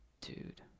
dude